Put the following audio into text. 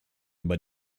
über